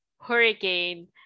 hurricane